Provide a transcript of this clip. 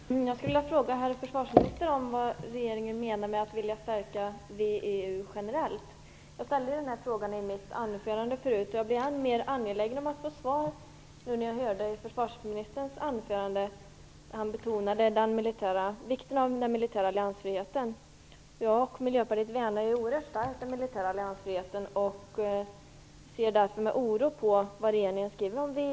Fru talman! Jag skulle vilja fråga herr försvarsministern vad regeringen menar med att vilja stärka VEU generellt. Jag frågade om det i mitt anförande här tidigare. Men jag blir alltmer angelägen om att få ett svar efter att ha hört försvarsministerns anförande. Han betonade vikten av den militära alliansfriheten. Jag och Miljöpartiet värnar oerhört starkt den militära alliansfriheten och ser därför med oro på vad regeringen skriver om VEU.